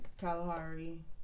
Kalahari